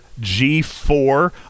G4